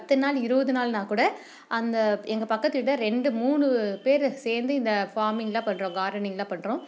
பத்து நாள் இருபது நாள்னால்கூட அந்த எங்கள் பக்கத்து வீட்டில் ரெண்டு மூணு பேர் சேர்ந்து இந்த ஃபார்மிங் தான் பண்ணுறோம் கார்டனிங் தான் பண்ணுறோம்